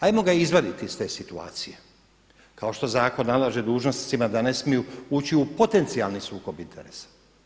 Ajmo ga izvaditi iz te situacije kao što zakon nalaže dužnosnicima da ne smiju ući u potencijalni sukob interesa.